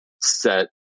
set